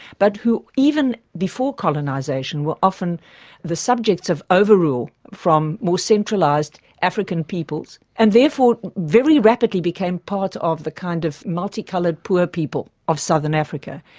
but who even before colonisation were often the subjects of overrule from more centralised african peoples, and therefore very rapidly became part of the kind of multicoloured poor people of southern africa,